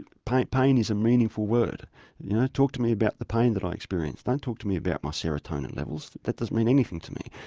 pain pain is a meaningful word, you know talk to me about the pain that i experience, don't talk to me about my serotonin levels, that doesn't mean anything to me.